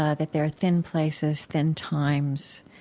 ah that there are thin places, thin times,